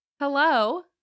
hello